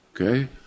okay